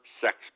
sex